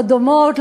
לא דומות,